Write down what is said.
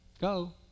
Go